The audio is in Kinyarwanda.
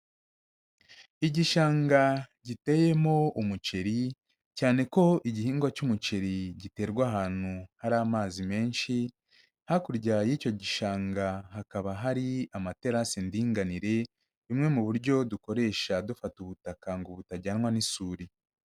Igishanga giteyemo umuceri, cyane ko igihingwa cy'umuceri giterwa ahantu hari amazi menshi; hakurya y'icyo gishanga hakaba hari amaterasi ndinganire, bumwe mu buryo dukoresha dufata ubutaka ngo butajyanwa n'isuri.